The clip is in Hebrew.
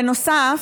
בנוסף,